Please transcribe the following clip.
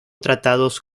tratados